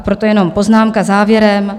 Proto jenom poznámka závěrem.